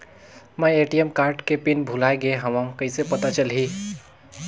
मैं ATM card के pin भुलाए गे हववं कइसे पता चलही?